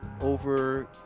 over